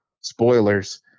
spoilers